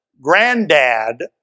Granddad